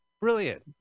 brilliant